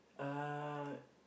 uh